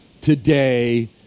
today